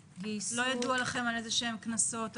לא ידוע לכם על איזה שהם קנסות?